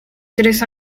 tres